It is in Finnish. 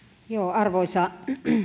arvoisa